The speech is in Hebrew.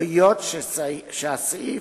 היות שהסעיף,